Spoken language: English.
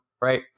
right